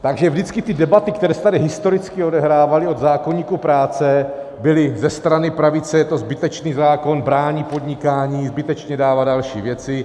Takže vždycky ty debaty, které se tady historicky odehrávaly od zákoníku práce, byly ze strany pravice je to zbytečný zákon, brání podnikání, zbytečně dává další věci.